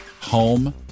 home